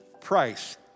price